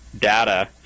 data